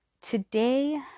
today